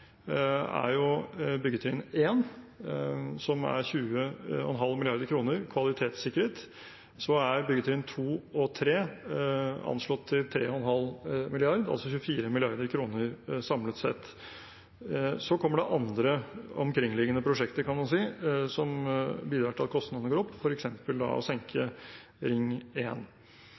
er byggetrinn 1, som er 20,5 mrd. kr – kvalitetssikret. Byggetrinn 2 og 3 er anslått til 3,5 mrd. kr, altså 24 mrd. kr, samlet sett. Så kommer det andre omkringliggende prosjekter, kan man si, som bidrar til at kostnadene går opp, f.eks. å senke Ring